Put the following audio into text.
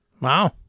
Wow